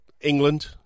England